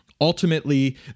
Ultimately